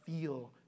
feel